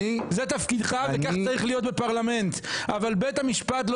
זה תפקידך וכך צריך להיות בפרלמנט אבל בית המשפט לא